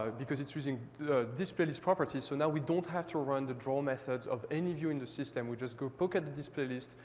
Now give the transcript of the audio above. because it's using display list properties, so now we don't have to run the draw methods of any view in the system. we just go poke at the display list.